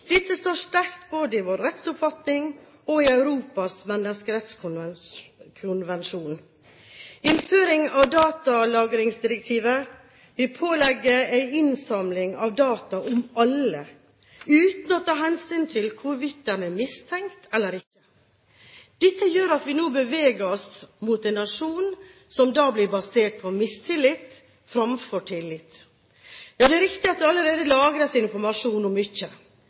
Dette står sterkt både i vår rettsoppfatning og i Europas menneskerettskonvensjon. Innføring av datalagringsdirektivet vil pålegge en innsamling av data om alle, uten å ta hensyn til hvorvidt de er mistenkt eller ikke. Dette gjør at vi nå beveger oss mot en nasjon som da blir basert på mistillit framfor tillit. Ja, det er riktig at det allerede lagres informasjon om